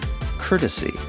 courtesy